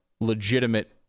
legitimate